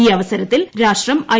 ഈ അവസരത്തിൽ രാഷ്ട്രം ഐ